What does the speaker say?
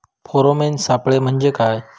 Pheromone सापळे म्हंजे काय?